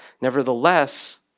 Nevertheless